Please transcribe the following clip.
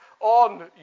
on